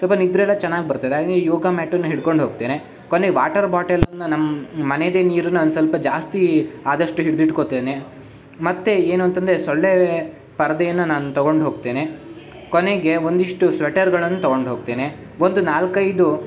ಸ್ವಲ್ಪ ನಿದ್ರೆ ಎಲ್ಲ ಚೆನ್ನಾಗಿ ಬರ್ತದೆ ಹಂಗಾಗಿ ಯೋಗ ಮ್ಯಾಟುನ್ನು ಹಿಡ್ಕೊಂಡು ಹೋಗ್ತೇನೆ ಕೊನೆಗೆ ವಾಟರ್ ಬಾಟೆಲ್ಲಿಂದ ನಮ್ಮ ಮನೆಯದೇ ನೀರನ್ನು ಒಂದು ಸ್ವಲ್ಪ ಜಾಸ್ತಿ ಆದಷ್ಟು ಹಿಡಿದಿಟ್ಕೋತೇನೆ ಮತ್ತೆ ಏನು ಅಂತಂದರೆ ಸೊಳ್ಳೆ ಪರ್ದೆಯನ್ನು ನಾನು ತೊಗೊಂಡು ಹೋಗ್ತೇನೆ ಕೊನೆಗೆ ಒಂದಿಷ್ಟು ಸ್ವೆಟರ್ಗಳನ್ನು ತೊಗೊಂಡು ಹೋಗ್ತೇನೆ ಒಂದು ನಾಲ್ಕೈದು